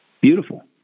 beautiful